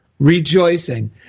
Rejoicing